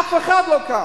אף אחד לא קם.